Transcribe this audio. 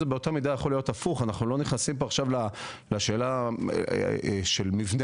באותה מידה זה יכול להיות הפוך; אנחנו לא נכנסים לשאלה של מבנה